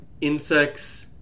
insects